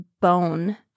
bone